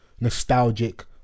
nostalgic